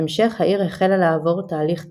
בהמשך העיר החלה לעבור הליך תיעוש.